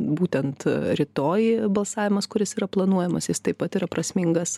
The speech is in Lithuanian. būtent rytoj balsavimas kuris yra planuojamas jis taip pat yra prasmingas